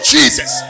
Jesus